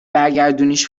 برگردونیش